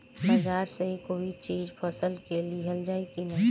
बाजार से कोई चीज फसल के लिहल जाई किना?